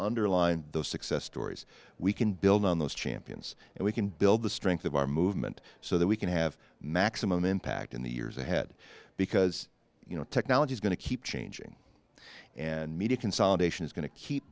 underline those success stories we can build on those champions and we can build the strength of our movement so that we can have maximum impact in the years ahead because you know technology is going to keep changing and media consolidation is going to keep